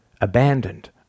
abandoned